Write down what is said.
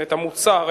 את המוצר,